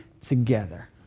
together